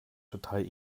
total